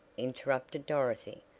interrupted dorothy.